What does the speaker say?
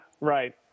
right